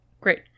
great